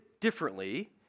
differently